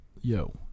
Yo